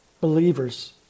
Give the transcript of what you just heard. Believers